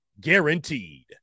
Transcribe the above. guaranteed